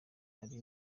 ari